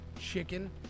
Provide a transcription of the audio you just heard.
chicken